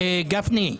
גפני,